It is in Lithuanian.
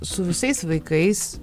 su visais vaikais